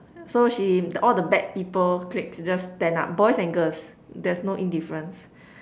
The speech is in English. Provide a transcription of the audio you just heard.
so she all the bad people cliques just stand up boys and girls there's no indifference